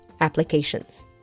applications